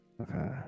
Okay